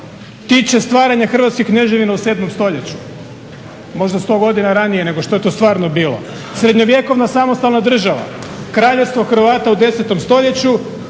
tiče stvaranja hrvatskih kneževina u 7 stoljeću. Možda sto godina ranije nego što je to stvarno bilo. Srednjovjekovna samostalna država, Kraljevstvo Hrvata u 10. stoljeću,